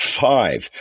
Five